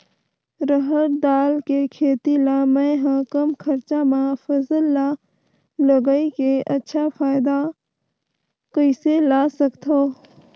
रहर दाल के खेती ला मै ह कम खरचा मा फसल ला लगई के अच्छा फायदा कइसे ला सकथव?